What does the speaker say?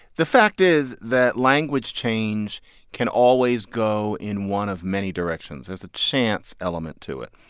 the fact is that language change can always go in one of many directions, there's a chance element to it.